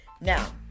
Now